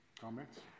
Comments